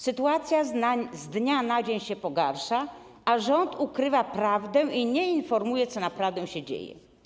Sytuacja z dnia na dzień się pogarsza, a rząd ukrywa prawdę i nie informuje, co naprawdę się dzieje.